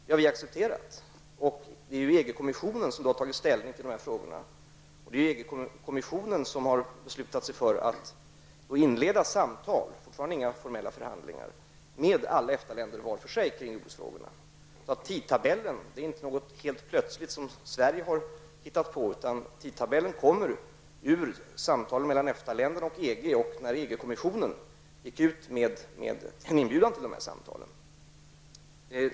Det har vi accepterat. Det är EG-kommissionen som har tagit ställning till dessa frågor. Det är ju EG-kommissionen som har beslutat sig för att inleda samtal -- fortfarande inga formella förhandlingar -- med alla EFTA-länder var för sig kring jordbruksfrågorna. Tidtabellen är inte någonting som Sverige helt plötsligt har hittat på, utan den framkommer ur samtalen mellan EFTA länderna och EG och bestäms av när EG kommissionen gick ut med en inbjudan till de här samtalen.